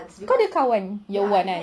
kau ada kawan year one kan